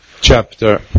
chapter